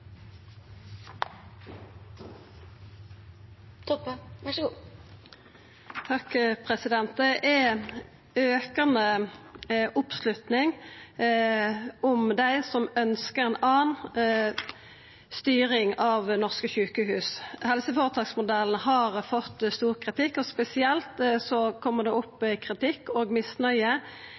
aukande oppslutning om dei som ønskjer ei anna styring av norske sjukehus. Helseføretaksmodellen har fått mykje kritikk, og spesielt kjem det opp kritikk, misnøye og